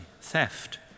theft